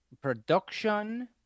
production